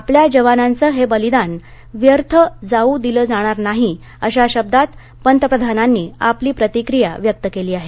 आपल्या जवानांच हे बलिदान व्यर्थ जाऊ दिलं जाणार नाही अश्या शब्दात पत्प्रधानानी आपली प्रतिक्रिया व्यक्त केली आहे